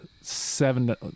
seven